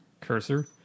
cursor